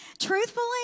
truthfully